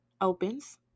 opens